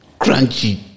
crunchy